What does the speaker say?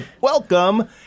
welcome